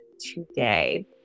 today